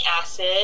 acid